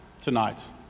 tonight